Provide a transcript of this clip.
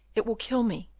it will kill me!